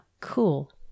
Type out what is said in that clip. Cool